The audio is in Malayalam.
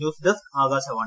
news desk Akashvani